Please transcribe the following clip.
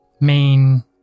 main